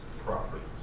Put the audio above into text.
properties